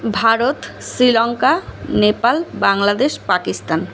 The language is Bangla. ভারত শ্রীলঙ্কা নেপাল বাংলাদেশ পাকিস্তান